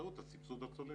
באמצעות הסבסוד הצולב,